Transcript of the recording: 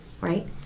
right